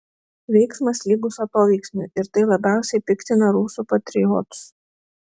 veiksmas lygus atoveiksmiui ir tai labiausiai piktina rusų patriotus